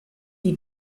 die